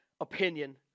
opinion